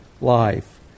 life